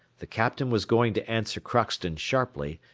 the captain was going to answer crockston sharply,